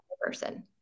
person